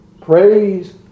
Praise